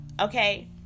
okay